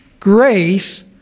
Grace